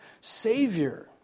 Savior